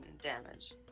damage